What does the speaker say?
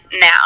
now